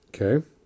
Okay